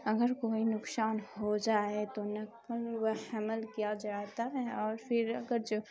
اگر کوئی نقصان ہو جائے تو نقل و حمل کیا جاتا ہے اور پھر اگر جو